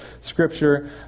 Scripture